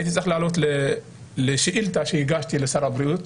הייתי צריך לעלות לשאילתה שהגשתי לשר הבריאות,